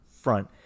front